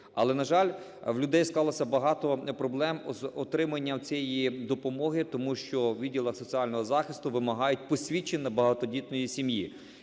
Але, на жаль, у людей склалось багато проблем з отриманням цієї допомоги, тому що у відділах соціального захисту вимагають посвідчення багатодітної сім'ї.